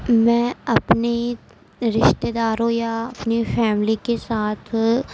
میں اپنے رشتے داروں یا اپنی فیملی کے ساتھ